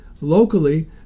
Locally